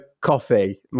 coffee